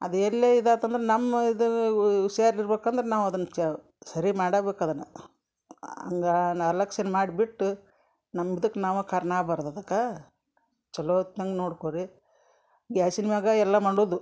ಅದು ಎಲ್ಲೇ ಇದಾತು ಅಂದ್ರೆ ನಮ್ಮ ಇದರ ಹುಷಾರ್ ಇರ್ಬೇಕಂದ್ರೆ ನಾವು ಅದನ್ನು ಚ ಸರಿ ಮಾಡಾಬೇಕು ಅದನ್ನು ಹಂಗಾರಾನ ಅಲಕ್ಷಿಣ ಮಾಡಿಬಿಟ್ಟು ನಮ್ದುಕ್ಕೆ ನಾವೇ ಕಾರಣ ಆಗ್ಬಾರ್ದು ಅದಕ್ಕೆ ಚಲೋತ್ನಂಗೆ ನೋಡ್ಕೋ ರೀ ಗ್ಯಾಸಿನ ಮ್ಯಾಲ ಎಲ್ಲ ಮಾಡುವುದು